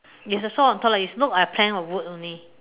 is the salt on top it looks like a pen or wood only